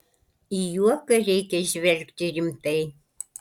į juoką reikia žvelgti rimtai